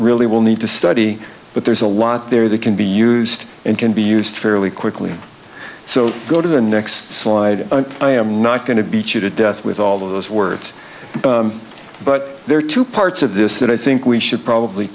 really will need to study but there's a lot there that can be used and can be used fairly quickly so go to the next slide and i am not going to be cheated death with all of those words but there are two parts of this that i think we should probably